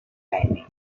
timing